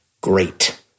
great